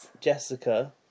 Jessica